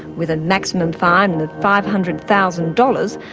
with the maximum fine of five hundred thousand dollars,